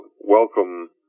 welcome